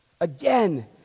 Again